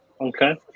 okay